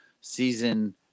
season